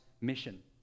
mission